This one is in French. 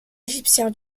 égyptien